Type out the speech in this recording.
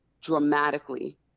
dramatically